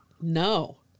No